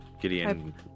Gideon